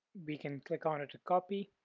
we can click on it to copy,